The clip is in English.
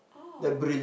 ah